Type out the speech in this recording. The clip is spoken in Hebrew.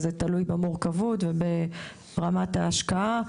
וזה תלוי במורכבות וברמת ההשקעה.